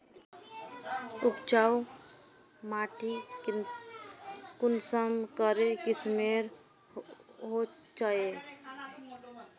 उपजाऊ माटी कुंसम करे किस्मेर होचए?